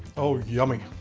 oh yummy.